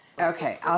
Okay